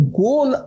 goal